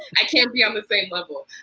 i can't be on the the same level.